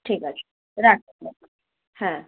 ঠিক আছে রাখছি হ্যাঁ